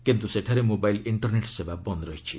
କିନ୍ତୁ ସେଠାରେ mobile internet ସେବା ବନ୍ଦ ରହିଛି